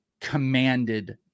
commanded